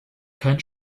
kein